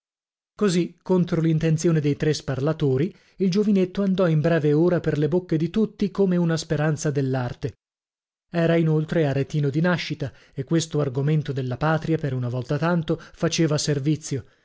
così contro l'intenzione dei tre sparlatori il giovinetto andò in breve ora per le bocche di tutti come un speranza dell'arte era inoltre aretino di nascita e questo argomento della patria per una volta tanto faceva servizio